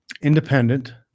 independent